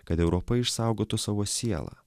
kad europa išsaugotų savo sielą